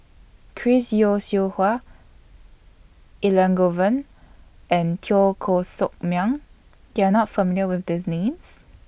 Chris Yeo Siew Hua Elangovan and Teo Koh Sock Miang YOU Are not familiar with These Names